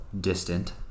distant